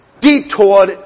detoured